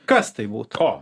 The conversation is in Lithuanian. kas tai būtų